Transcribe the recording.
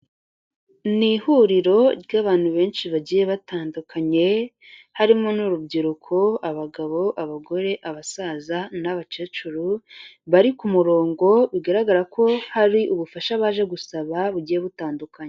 Ni ihuriro ry'abantu benshi bagiye batandukanye, harimo n'urubyiruko, abagabo, abagore abasaza n'abakecuru, bari ku murongo bigaragara ko hari ubufasha baje gusaba bugiye butandukanye.